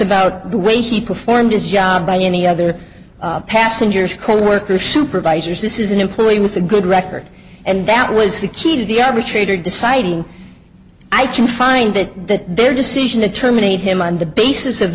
about the way he performed his job by any other passengers coworkers supervisors this is an employee with a good record and that was the key to the arbitrator deciding i can find that their decision to terminate him on the basis of